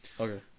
Okay